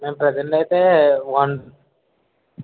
మేం ప్రజెంట్ అయితే వన్